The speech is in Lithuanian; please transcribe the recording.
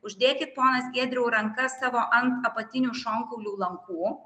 uždėkit ponas giedriau rankas savo ant apatinių šonkaulių lankų